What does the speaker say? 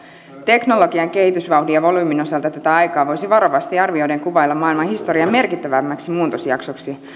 teknologian kehitysvauhdin ja volyymin osalta tätä aikaa voisi varovasti arvioiden kuvailla maailmanhistorian merkittävimmäksi muutosjaksoksi